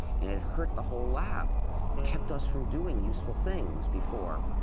and it hurt the whole lab, it kept us from doing useful things before.